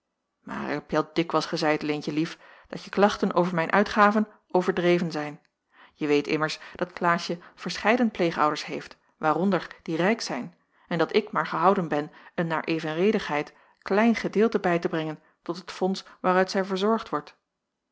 ik heb je al dikwijls gezeid leentjelief dat je klachten over mijn uitgaven overdreven zijn je weet immers dat klaasje verscheiden pleegouders heeft waaronder die rijk zijn en dat ik maar gehouden ben een naar evenredigheid klein gedeelte bij te brengen tot het fonds waaruit zij verzorgd wordt